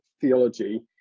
theology